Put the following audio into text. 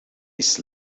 his